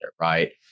Right